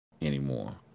anymore